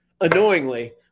annoyingly